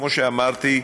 כמו שאמרתי,